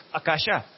akasha